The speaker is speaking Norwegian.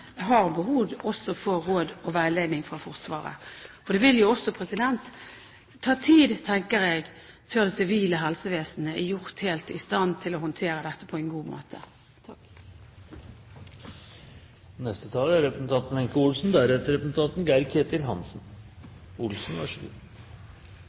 har behov også for råd og veiledning fra Forsvaret? For det vil jo også ta tid, tenker jeg, før det sivile helsevesenet er helt i stand til å håndtere dette på en god måte.